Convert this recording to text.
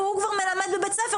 והוא כבר מלמד בבית ספר,